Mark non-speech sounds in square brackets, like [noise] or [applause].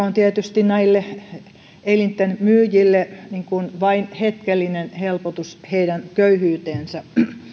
[unintelligible] on tietysti näille elinten myyjille vain hetkellinen helpotus heidän köyhyyteensä